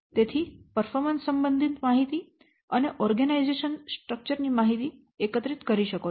તેથી પર્ફોર્મન્સ સબંધિત માહિતી અને ઓર્ગનાઈઝેશન સ્ટ્ર્કચર ની માહિતી એકત્રિત કરી શકો છો